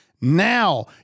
Now